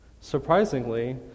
Surprisingly